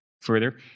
further